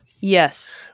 Yes